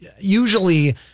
usually